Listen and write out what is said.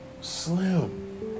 Slim